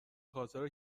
خاطر